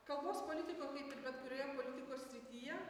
kalbos politiko kaip ir bet kurioje politikos srityje